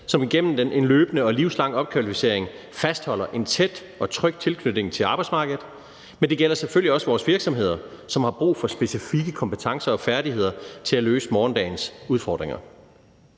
som igennem en løbende og livslang opkvalificering fastholder en tæt og tryg tilknytning til arbejdsmarkedet, men selvfølgelig også for vores virksomheder, som har brug for specifikke kompetencer og færdigheder til at løse morgendagens udfordringer.